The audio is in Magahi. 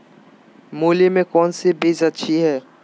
मूली में कौन सी बीज अच्छी है?